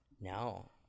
no